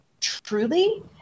truly